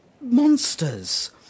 monsters